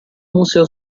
museo